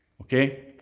Okay